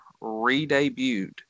re-debuted